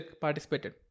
participated